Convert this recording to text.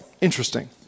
interesting